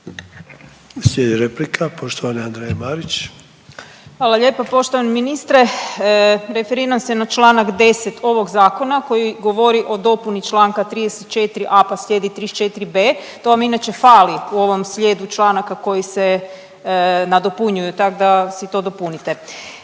Slijedi replika poštovane Andreje Marić. **Marić, Andreja (SDP)** Hvala lijepo. Poštovani ministre referiram se na Članak 10. ovog zakona koji govori o dopuni Članka 34a. pa slijedi 34b. to vam inače fali u ovom slijedu članaka koji se nadopunjuju tak da si to dopunite.